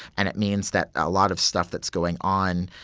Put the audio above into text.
and it means that a lot of stuff that's going on,